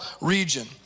region